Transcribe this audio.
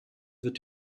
wird